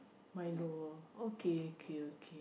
Milo okay okay okay